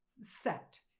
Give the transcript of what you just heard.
set